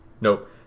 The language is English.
nope